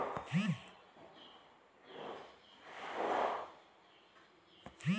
నేను ఒకేసారి పది లక్షలు డిపాజిట్ చేస్తా దీనికి నెల నెల వడ్డీ చెల్లించే పథకం ఏమైనుందా?